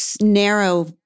narrow